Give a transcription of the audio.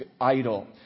idol